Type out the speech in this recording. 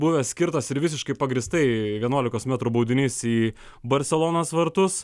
buvęs skirtas ir visiškai pagrįstai vienuolikos metrų baudinys į barselonos vartus